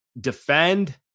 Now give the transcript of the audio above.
defend –